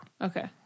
Okay